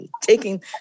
taking